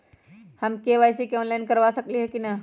हम KYC online करवा सकली ह कि न?